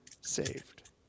saved